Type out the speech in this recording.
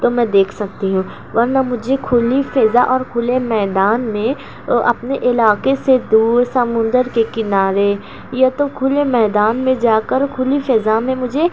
تو میں دیکھ سکتی ہوں ورنہ مجھے کھلی فضا اور کھلے میدان میں اپنے علاقے سے دور سمندر کے کنارے یا تو کھلے میدان میں جا کر کھلی فضا میں مجھے